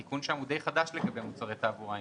התיקון שם חדש למדי לגבי מוצרי תעבורה,